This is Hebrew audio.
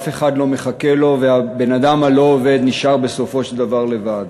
אף אחד לא מחכה לו והבן-אדם הלא-עובד נשאר בסופו של דבר לבד.